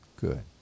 Good